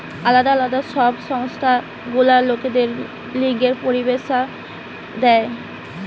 আলদা আলদা সব সংস্থা গুলা লোকের লিগে পরিষেবা দেয়